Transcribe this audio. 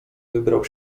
wybrał